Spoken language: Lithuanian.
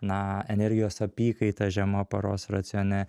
na energijos apykaita žema paros racione